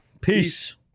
peace